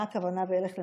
מה הכוונה ב"וילך למסעיו"?